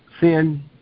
sin